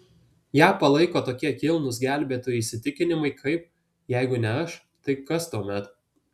ją palaiko tokie kilnūs gelbėtojų įsitikinimai kaip jeigu ne aš tai kas tuomet